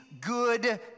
good